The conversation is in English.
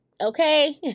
okay